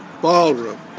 Ballroom